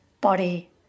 body